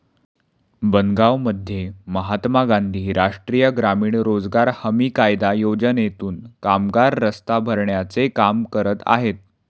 बनगावमध्ये महात्मा गांधी राष्ट्रीय ग्रामीण रोजगार हमी कायदा योजनेतून कामगार रस्ता भरण्याचे काम करत आहेत